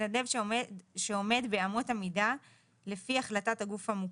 - מתנדב שעומד באמות המידה לפי החלטת הגוף המוכר.